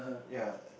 ya